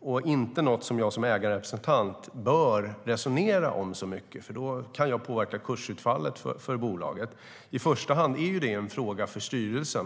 och inte något som jag som ägarrepresentant bör resonera om, för då kan jag påverka kursutfallet för bolaget. I första hand är det en fråga för styrelsen.